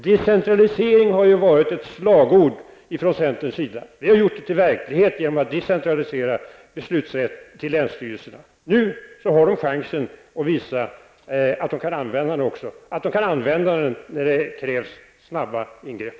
Decentralisering har ju varit ett slagord från centerns sida. Vi har gjort det till verklighet genom att delegera beslutsrätten till länsstyrelserna. Nu har de chansen att visa att de kan använda den när det krävs snabba ingrepp.